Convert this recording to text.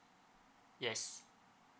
yes